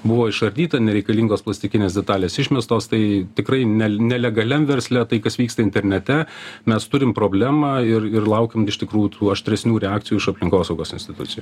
buvo išardyta nereikalingos plastikinės detalės išmestos tai tikrai nelegaliam versle tai kas vyksta internete mes turim problemą ir ir laukiam iš tikrųjų tų aštresnių reakcijų iš aplinkosaugos institucijų